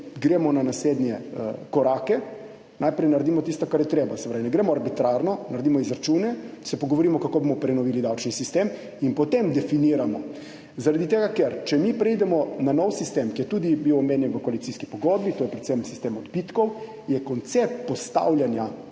gremo na naslednje korake, najprej naredimo tisto, kar je treba, se pravi, ne gremo arbitrarno, naredimo izračune, se pogovorimo, kako bomo prenovili davčni sistem, in potem definiramo. Zaradi tega, ker če preidemo mi na nov sistem, ki je bil tudi omenjen v koalicijski pogodbi, to je predvsem sistem odbitkov, postane koncept postavljanja